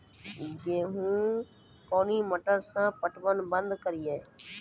गेहूँ कोनी मोटर से पटवन बंद करिए?